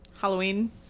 Halloween